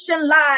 lies